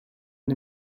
and